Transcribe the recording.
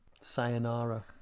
sayonara